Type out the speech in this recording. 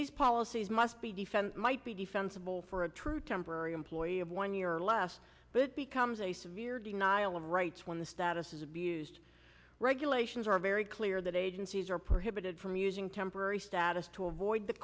these policies must be defense might be defensible for a true temporary employee of one year or less but it becomes a severe denial of rights when the status is abused regulations are very clear that agencies are prohibited from using temporary status to avoid the